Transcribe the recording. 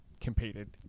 competed